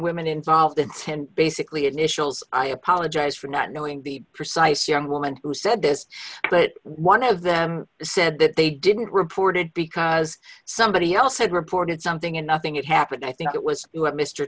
women involved and basically initials i apologize for not knowing the precise young woman who said this but one of them said that they didn't report it because somebody else had reported something and nothing it happened i think it was mr